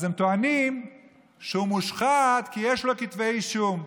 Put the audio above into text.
אז הם טוענים שהוא מושחת כי יש לו כתבי אישום.